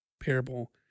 parable